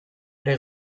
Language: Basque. ere